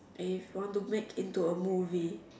if want to make into a movie